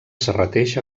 serrateix